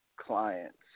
Clients